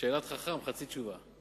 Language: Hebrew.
שאלת חכם, חצי תשובה.